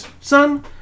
Son